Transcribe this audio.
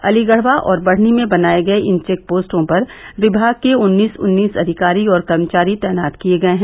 अलीगढ़वा और बढ़नी में बनाये गये इन चेक पोस्टों पर विभाग के उन्नीस उन्नीस अधिकारी और कर्मचारी तैनात किये गये हैं